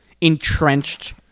entrenched